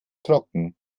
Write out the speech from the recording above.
trocken